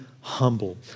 humble